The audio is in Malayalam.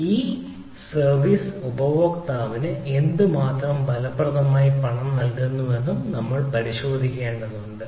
ഈ ക്ലൌഡ് സർവീസ് ഉപഭോക്താവിന് എത്രത്തോളം ഫലപ്രദമായി പണം നൽകേണ്ടതുണ്ടെന്ന് നമ്മൾ പരിശോധിക്കേണ്ടതുണ്ട്